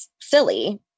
silly